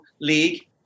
league